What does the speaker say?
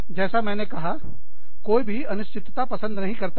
जैसा मैंने कहा कोई भी अनिश्चितता पसंद नहीं करता है